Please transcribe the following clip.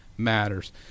Matters